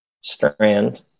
strand